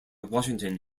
washington